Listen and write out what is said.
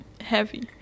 heavy